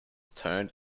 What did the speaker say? turned